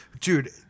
dude